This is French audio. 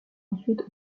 ensuite